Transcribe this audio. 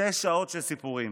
שש שעות של סיפורים.